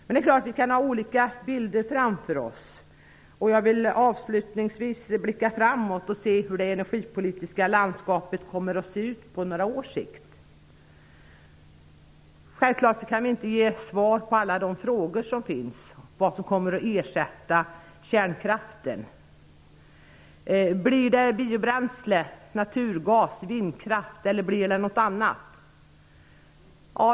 Det är klart att vi kan ha olika bilder framför oss. Jag vill avslutningsvis blicka framåt och se hur det energipolitiska landskapet kommer att se ut på några års sikt. Självfallet kan vi inte ge svar på alla frågor om vad som kommer att ersätta kärnkraften. Blir det biobränsle, naturgas, vindkraft eller något annat?